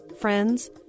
friends